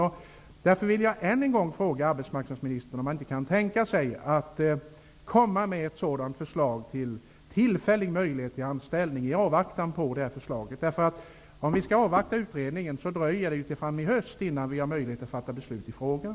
Jag vill därför än en gång fråga arbetsmarknadsministern om han i avvaktan på kommitténs förslag inte kan tänka sig att komma med ett förslag om en möjlighet till tillfällig anställning. Om vi skall avvakta utredningen dröjer det till fram i höst innan vi har möjlighet att fatta beslut i frågan.